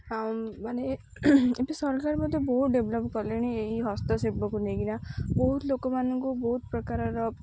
ମାନେ ଏବେ ସରକାର ମଧ୍ୟ ବହୁତ ଡେଭ୍ଲପ୍ କଲେଣି ଏହି ହସ୍ତଶିଳ୍ପକୁ ନେଇକିନା ବହୁତ ଲୋକମାନଙ୍କୁ ବହୁତ ପ୍ରକାରର